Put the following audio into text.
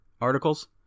articles